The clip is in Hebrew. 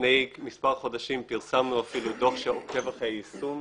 לפני מספר חודשים פרסמנו אפילו דוח שעוקב אחר יישום.